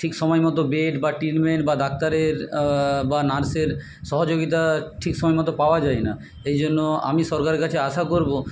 ঠিক সময় মতো বেড বা ট্রিটমেন্ট বা ডাক্তারের বা নার্সের সহযোগিতা ঠিক সময় মতো পাওয়া যায় না এই জন্য আমি সরকারের কাছে আশা করব